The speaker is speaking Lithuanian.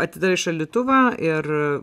atidarai šaldytuvą ir